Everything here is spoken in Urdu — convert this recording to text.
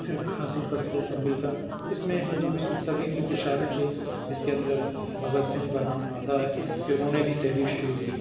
پھر حاصل کر سکے سب مل کر اس میں ہندو مسلم سبھی کیوںکہ شامل تھے اس کے اندر بھگت سنگھ کا نام آتا ہے کہ انہوں نے بھی تحریک شروع کی